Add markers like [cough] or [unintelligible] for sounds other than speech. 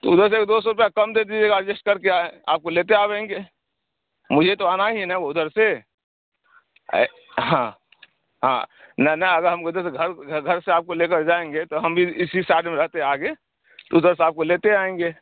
تو ادھر سے ایک دو سو روپیہ کم دے دیجیے گا ایڈجیسٹ کر کے [unintelligible] آپ کو لیتے آویں گے مجھے تو آنا ہی ہے نا ادھر سے ہاں ہاں نا نا اگر ہم ادھر سے گھر گھر سے آپ کو لے کے جائیں گے تو ہم بھی اسی سائڈ میں رہتے آگے تو ادھر سے آپ کو لیتے آئیں گے